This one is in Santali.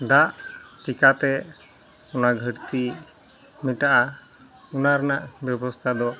ᱫᱟᱜ ᱪᱤᱠᱟᱹᱛᱮ ᱚᱱᱟ ᱜᱷᱟᱹᱲᱛᱤ ᱢᱮᱴᱟᱜᱼᱟ ᱚᱱᱟ ᱨᱮᱱᱟᱜ ᱵᱮᱵᱚᱥᱛᱟᱫᱚ